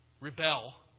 rebel